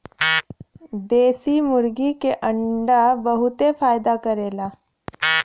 देशी मुर्गी के अंडा बहुते फायदा करेला